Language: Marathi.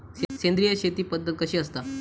सेंद्रिय शेती पद्धत कशी असता?